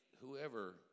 whoever